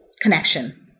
connection